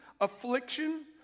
affliction